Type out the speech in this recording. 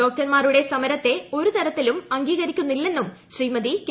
ഡോക്ടർമാരുടെ സമരത്തെ ഒരു തരത്തിലും അംഗീകരിക്കുന്നില്ലെന്നും ശ്രീമതി കെ